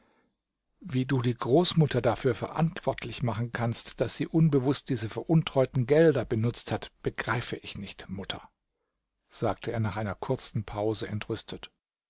wie du die großmutter dafür verantwortlich machen kannst daß sie unbewußt diese veruntreuten gelder benutzt hat begreife ich nicht mutter sagte er nach einer kurzen pause entrüstet